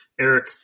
Eric